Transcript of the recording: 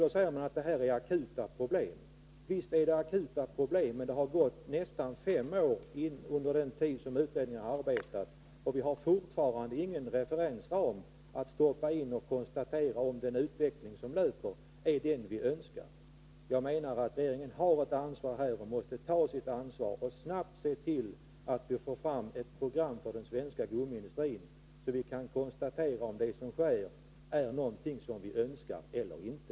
Regeringen säger att det här är akuta problem, och det är riktigt, men utredningen har arbetat under nästan fem år och vi har fortfarande ingen referensram, som vi kan använda för att se om den utveckling som sker är den vi önskar. Jag menar att regeringen har ett ansvar och måste ta det och se till att vi snabbt får fram ett program för den svenska gummiindustrin så att vi kan konstatera om det som sker är någonting som vi önskar eller inte.